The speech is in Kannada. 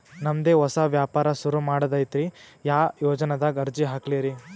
ನಮ್ ದೆ ಹೊಸಾ ವ್ಯಾಪಾರ ಸುರು ಮಾಡದೈತ್ರಿ, ಯಾ ಯೊಜನಾದಾಗ ಅರ್ಜಿ ಹಾಕ್ಲಿ ರಿ?